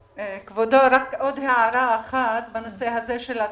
כבודו, עוד הערה אחת בנושא הזה של התקנים.